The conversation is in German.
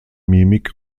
mimik